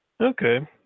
Okay